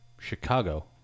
Chicago